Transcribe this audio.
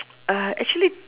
uh actually